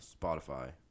Spotify